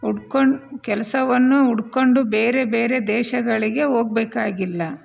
ಉಟ್ಕೊಂ ಕೆಲಸವನ್ನು ಹುಡ್ಕೊಂಡು ಬೇರೆ ಬೇರೆ ದೇಶಗಳಿಗೆ ಹೋಗ್ಬೇಕಾಗಿಲ್ಲ